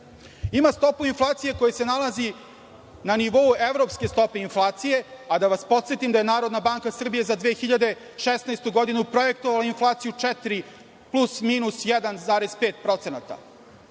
ima stopu inflacije koja se nalazi na nivou evropske stope inflacije, a da vas podsetim da je Narodne banke Srbije za 2016. godinu projektovala inflaciju 4 plus-minus 1,5%. Imate